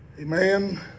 amen